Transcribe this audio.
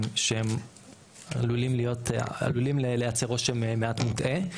שהם עלולים להיות עלולים לייצר רושם מעט מוטעה.